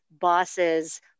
bosses